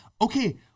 okay